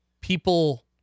people